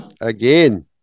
again